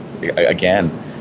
again